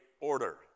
order